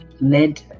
led